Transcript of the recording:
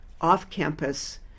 off-campus